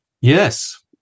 Yes